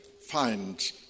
find